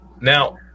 Now